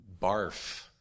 barf